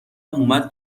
اومد